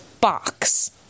box